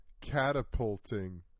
catapulting